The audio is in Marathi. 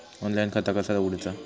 ऑनलाईन खाता कसा उगडूचा?